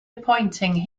appointing